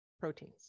proteins